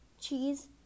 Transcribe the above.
cheese